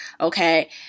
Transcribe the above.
okay